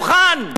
נא לסיים.